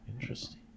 Interesting